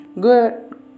Good